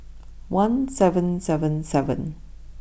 one seven seven seven